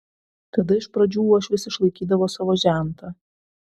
tada iš pradžių uošvis išlaikydavo savo žentą